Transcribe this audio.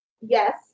Yes